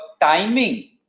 timing